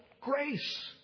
grace